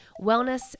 wellness